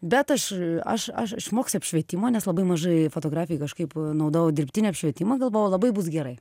bet aš aš aš išmoksiu apšvietimo nes labai mažai fotografijai kažkaip naudojau dirbtinį apšvietimą galvojau labai bus gerai